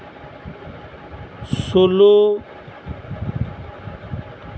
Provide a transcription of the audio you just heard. ᱥᱳᱞᱞᱳ